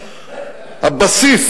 הבסיס